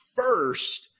First